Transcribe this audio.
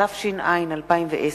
התש"ע 2010,